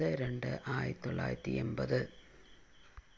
പത്ത് രണ്ട് ആയിരത്തി തൊള്ളായിരത്തി എൺപത്